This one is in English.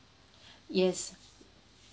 yes